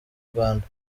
rwanda